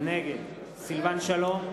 נגד סילבן שלום,